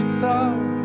thought